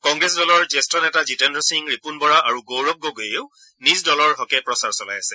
কংগ্ৰেছ দলৰ জ্যেষ্ঠ নেতা জিতেন্দ্ৰ সিং ৰিপূণ বৰা আৰু গৌৰৱ গগৈয়েও দলৰ হকে প্ৰচাৰ চলাই আছে